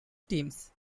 teams